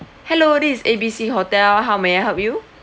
hello this is A B C hotel how may I help you